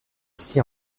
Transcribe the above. ici